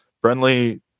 friendly